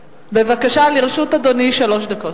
בבקשה, לרשות אדוני שלוש דקות.